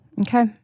Okay